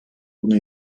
bunu